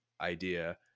idea